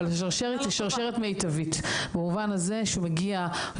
אבל השרשרת היא שרשרת מיטבית במובן הזה שהוא מגיע.